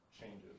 changes